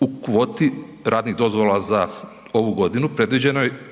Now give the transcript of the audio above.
U kvoti radnih dozvola za ovu godinu predviđeno